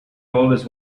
always